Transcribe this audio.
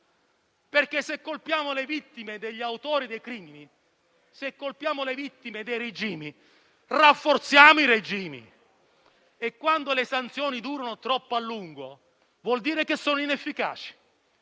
Se colpiamo le vittime degli autori dei crimini, se colpiamo le vittime dei regimi, li rafforziamo e, quando le sanzioni durano troppo a lungo, vuol dire che sono inefficaci.